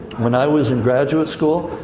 when i was in graduate school,